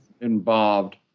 involved